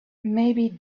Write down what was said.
maybe